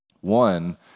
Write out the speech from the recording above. One